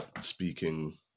speaking